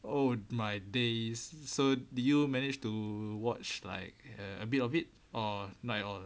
oh my days so did you manage to watch like a bit of it or not at all